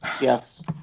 yes